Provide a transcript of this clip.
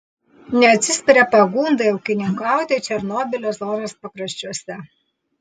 neatsispiria pagundai ūkininkauti černobylio zonos pakraščiuose